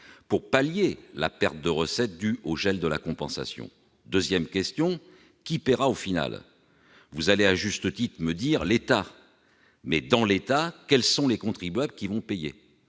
pallier la perte de recettes due au gel de la compensation ? Ensuite, qui payera au final ? Vous allez à juste titre me dire que ce sera l'État. Mais, dans l'État, quels sont les contribuables qui vont payer ?